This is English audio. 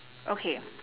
okay